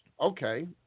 okay